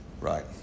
right